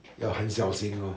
要很小心 lor